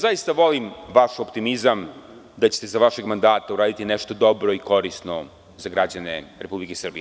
Zaista volim vaš optimizam da ćete za vašeg mandata uraditi nešto dobro i korisno za građane Republike Srbije.